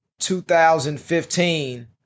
2015